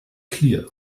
clear